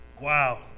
Wow